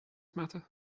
matter